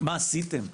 מה עשיתם?